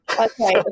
Okay